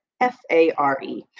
F-A-R-E